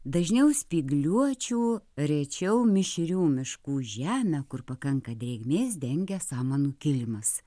dažniau spygliuočių rečiau mišrių miškų žemę kur pakanka drėgmės dengia samanų kilimas